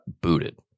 booted